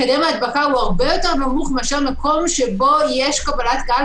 מקדם ההדבקה הוא הרבה יותר נמוך מאשר לכל מקום שבו יש קבלת קהל,